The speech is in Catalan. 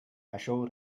això